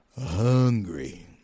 hungry